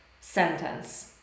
sentence